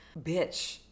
Bitch